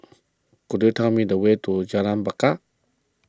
could you tell me the way to Jalan Bungar